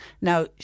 Now